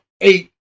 eight